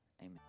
Amen